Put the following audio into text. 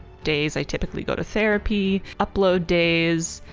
days i typically go to therapy, upload days,